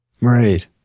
Right